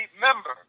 member